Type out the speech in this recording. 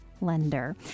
lender